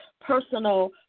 personal